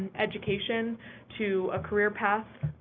education to a career path,